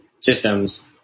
systems